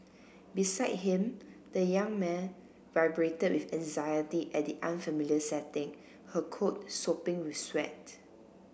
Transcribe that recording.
beside him the young mare vibrated with anxiety at the unfamiliar setting her coat sopping with sweat